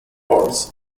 ores